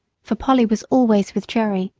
for polly was always with jerry,